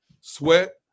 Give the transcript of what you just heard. Sweat